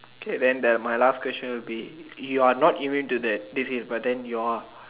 okay then the my last question will be you are not immune to the disease but then you're